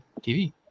TV